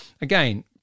again